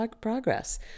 progress